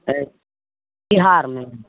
छै बिहारमे